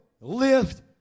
lift